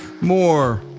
more